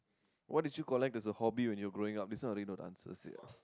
what did you collect as a hobby when you were growing up this one already know the answer to it